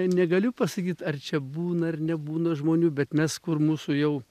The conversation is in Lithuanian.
negaliu pasakyt ar čia būna ar nebūna žmonių bet mes kur mūsų jau